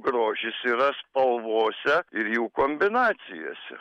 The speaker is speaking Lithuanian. grožis yra spalvose ir jų kombinacijose